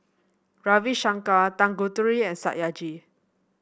Ravi Shankar Tanguturi and Satyajit